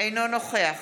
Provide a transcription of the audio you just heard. אינו נוכח